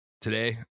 Today